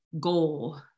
goal